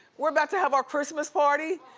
we're about to have our christmas party,